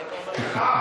בכ"ף,